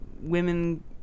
women